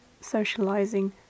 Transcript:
socializing